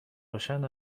روشن